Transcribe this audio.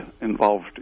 involved